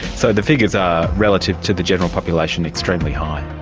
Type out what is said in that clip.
so the figures are, relative to the general population, extremely high.